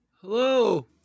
Hello